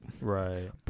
Right